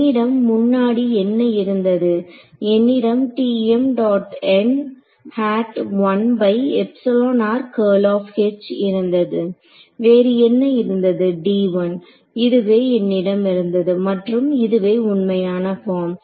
என்னிடம் முன்னாடி என்ன இருந்தது என்னிடம் Tm dot n hat 1 by epsilon r curl of H இருந்தது வேறு என்ன இருந்ததுd1 இதுவே என்னிடம் இருந்தது மற்றும் இதுவே உண்மையான பார்ம்